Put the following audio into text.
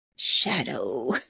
shadow